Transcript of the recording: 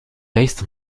based